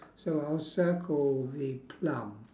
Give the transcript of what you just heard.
so I'll circle the plum